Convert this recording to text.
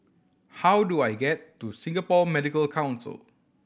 how do I get to Singapore Medical Council